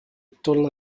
toda